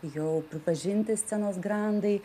jau pripažinti scenos grandai